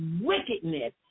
wickedness